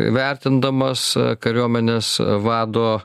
vertindamas kariuomenės vado